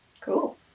Cool